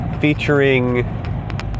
featuring